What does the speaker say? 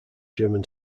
german